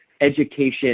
education